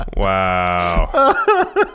Wow